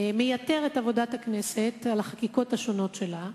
מייתר את עבודת הכנסת על החקיקות השונות שלה,